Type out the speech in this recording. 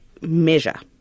measure